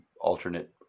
alternate